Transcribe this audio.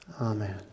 Amen